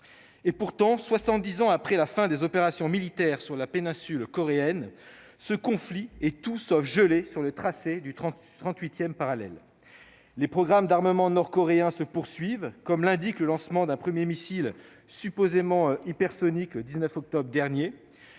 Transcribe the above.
de soixante-dix ans après la fin des opérations militaires sur la péninsule coréenne, ce conflit est loin d'être gelé sur le tracé du 38 parallèle : les programmes d'armement nord-coréens se poursuivent, comme le rappelle le lancement par Pyongyang d'un premier missile supposément hypersonique, le 19 octobre dernier.